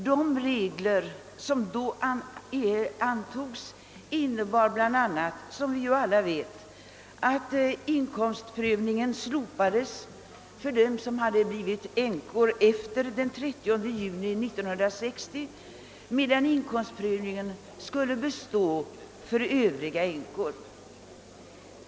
De regler som då antogs innebar bland annat — som alla vet — att inkomstprövningen slopades för dem som hade blivit änkor efter den 30 juni 1960, medan inkomstprövningen skulle bestå för övriga änkor.